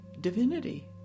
divinity